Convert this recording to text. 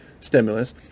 stimulus